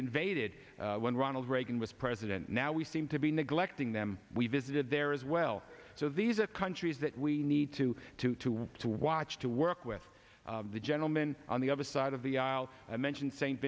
invaded when ronald reagan was president now we seem to be neglecting them we visited there as well so these are countries that we need to to to to watch to work with the gentleman on the other side of the aisle i mentioned s